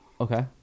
Okay